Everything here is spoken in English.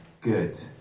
good